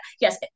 yes